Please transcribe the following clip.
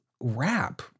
rap